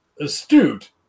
astute